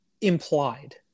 implied